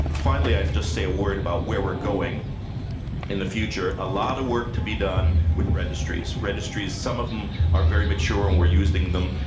finally i'll just say a word about where we're going in the future a lot of work to be done with registries. registries some of them are very mature and we're using them